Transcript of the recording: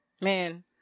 Man